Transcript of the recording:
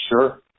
sure